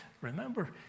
Remember